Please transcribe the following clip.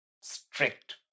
strict